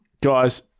Guys